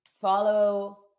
Follow